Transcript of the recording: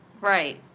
Right